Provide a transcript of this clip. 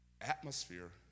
Atmosphere